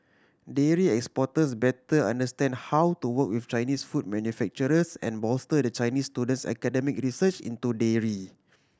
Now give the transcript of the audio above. dairy exporters better understand how to work with Chinese food manufacturers and bolster the Chinese student's academic research into dairy